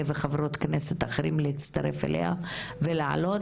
וחברות כנסת אחרים להצטרף אליה ולהעלות אותה,